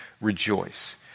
rejoice